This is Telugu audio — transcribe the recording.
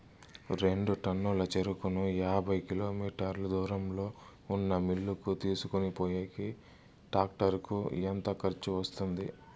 రెండు టన్నుల చెరుకును యాభై కిలోమీటర్ల దూరంలో ఉన్న మిల్లు కు తీసుకొనిపోయేకి టాక్టర్ కు ఎంత ఖర్చు వస్తుంది?